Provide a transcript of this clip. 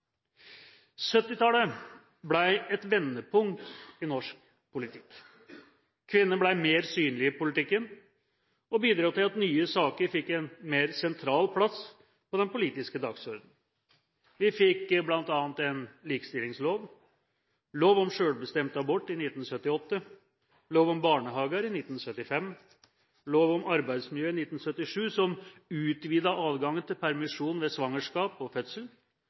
et vendepunkt i norsk politikk. Kvinnene ble mer synlige i politikken og bidro til at nye saker fikk en mer sentral plass på den politiske dagsordenen. Vi fikk bl.a. en likestillingslov, lov om selvbestemt abort i 1978, lov om barnehager i 1975, lov om arbeidsmiljø i 1977, som utvidet adgangen til permisjon ved svangerskap og fødsel